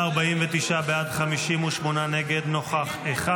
49 בעד, 58 נגד, נוכח אחד.